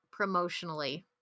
promotionally